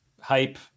hype